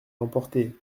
emporté